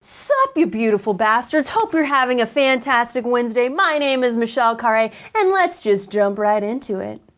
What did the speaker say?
sup you beautiful bastards, hope you're having a fantastic wednesday, my name is michelle khare, and let's just jump right into it.